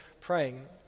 praying